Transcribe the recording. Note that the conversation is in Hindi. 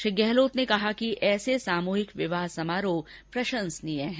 श्री गहलोत ने कहा कि ऐसे विवाह समारोह प्रशसंनीय हैं